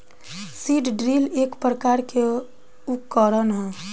seed drill एक प्रकार के उकरण ह